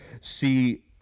See